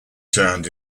turned